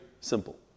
simple